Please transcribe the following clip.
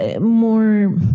more